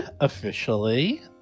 officially